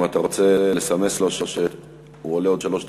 אם אתה רוצה לסמס לו שהוא עולה עוד שלוש דקות,